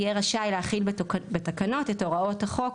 יהיה רשאי להחיל בתקנות את הוראות החוק,